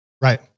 Right